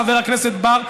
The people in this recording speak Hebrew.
חבר הכנסת בר,